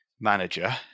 manager